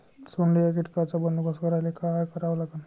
सोंडे या कीटकांचा बंदोबस्त करायले का करावं लागीन?